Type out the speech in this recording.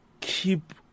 keep